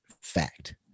fact